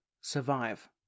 survive